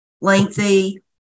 lengthy